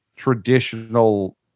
Traditional